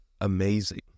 amazing